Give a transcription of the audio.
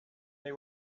they